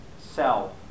sell